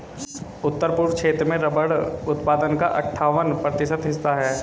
उत्तर पूर्व क्षेत्र में रबर उत्पादन का अठ्ठावन प्रतिशत हिस्सा है